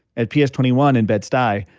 at p s. twenty one in bed-stuy,